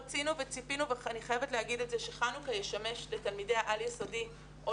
רצינו וציפינו שחנוכה ישמש לתלמידי העל יסודי או